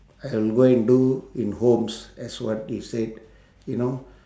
I'll go and do in homes as what you said you know